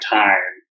time